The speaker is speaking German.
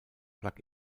plug